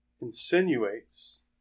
insinuates